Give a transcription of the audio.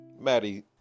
Maddie